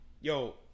yo